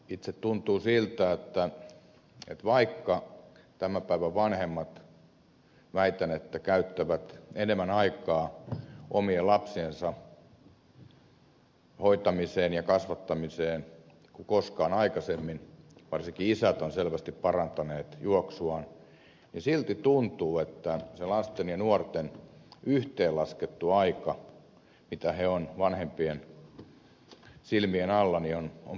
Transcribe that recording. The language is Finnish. itsestäni tuntuu siltä että vaikka tämän päivän vanhemmat väitän käyttävät enemmän aikaa omien lapsiensa hoitamiseen ja kasvattamiseen kuin on käytetty koskaan aikaisemmin varsinkin isät ovat selvästi parantaneet juoksuaan silti tuntuu että se lasten ja nuorten yhteenlaskettu aika mitä he ovat vanhempien silmien alla on pienentynyt